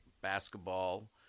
basketball